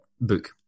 book